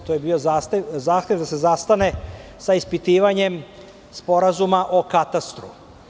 To je bio zahtev da se zastane sa ispitivanjem Sporazuma o katastru.